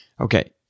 Okay